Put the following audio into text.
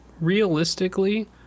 realistically